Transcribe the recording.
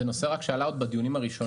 זה נושא רק שעלה עוד בדיונים הראשונים.